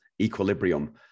equilibrium